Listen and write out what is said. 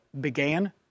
began